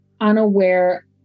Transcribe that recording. unaware